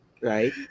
Right